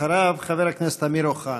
אחריו, חבר הכנסת אמיר אוחנה.